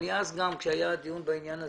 כשהיה הדיון בעניין הזה,